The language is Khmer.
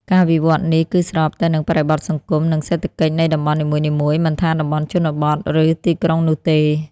ការវិវត្តន៍នេះគឺស្របទៅនឹងបរិបទសង្គម និងសេដ្ឋកិច្ចនៃតំបន់នីមួយៗ មិនថាតំបន់ជនបទ ឬទីក្រុងនោះទេ។